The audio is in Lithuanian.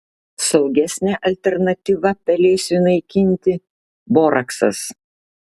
saugesnė alternatyva pelėsiui naikinti boraksas